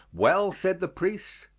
well, said the priest,